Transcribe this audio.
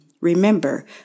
Remember